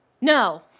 No